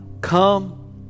Come